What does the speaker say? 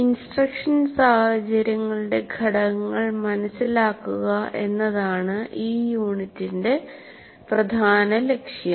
instruction സാഹചര്യങ്ങളുടെ ഘടകങ്ങൾ മനസിലാക്കുക എന്നതാണ് ഈ യൂണിറ്റിന്റെ പ്രധാന ലക്ഷ്യം